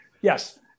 yes